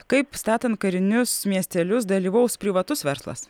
kaip statant karinius miestelius dalyvaus privatus verslas